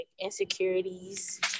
insecurities